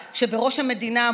חברת הכנסת מאי גולן.